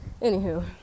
Anywho